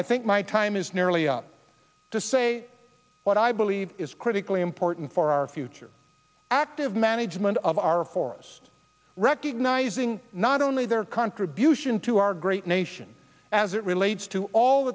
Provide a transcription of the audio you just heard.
i think my time is nearly up to say what i believe is critically important for our future active management of our forest recognizing not only their contribution to our great nation as it relates to all